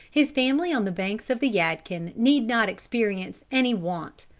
his family on the banks of the yadkin need not experience any want.